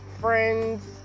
friends